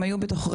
הם היו ברכב,